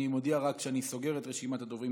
אני מודיע רק שאני סוגר כעת את רשימת הדוברים.